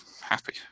happy